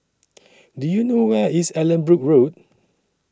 Do YOU know Where IS Allanbrooke Road